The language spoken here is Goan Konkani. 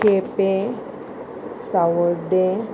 केपें सावर्डे